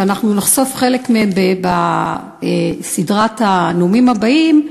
ואנחנו נחשוף חלק מהם בסדרת הנאומים הבאים,